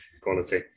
Quality